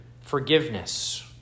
forgiveness